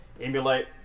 emulate